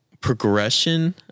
progression